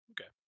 Okay